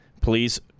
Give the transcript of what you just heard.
please